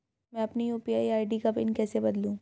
मैं अपनी UPI ID का पिन कैसे बदलूं?